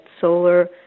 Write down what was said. solar